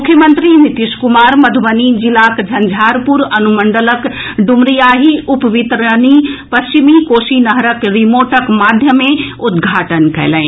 मुख्यमंत्री नीतीश कुमार मधुबनी जिलाक झंझारपुर अनुमंडलक डूमरियाही उप वितरणी पश्चिमी कोशी नहरक रिमोटक माध्यमे उदघाटन कयलनि